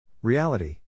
Reality